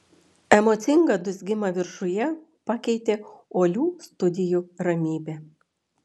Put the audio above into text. emocingą dūzgimą viršuje pakeitė uolių studijų ramybė